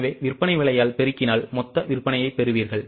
எனவே விற்பனை விலையால் பெருக்கினால் மொத்த விற்பனையைப் பெறுவீர்கள்